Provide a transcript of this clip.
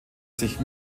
sich